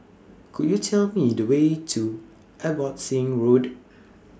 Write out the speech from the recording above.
Could YOU Tell Me The Way to Abbotsingh Road